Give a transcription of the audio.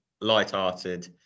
light-hearted